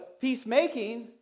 peacemaking